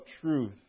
truth